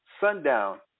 sundown